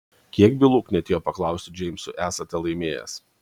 kiek bylų knietėjo paklausti džeimsui esate laimėjęs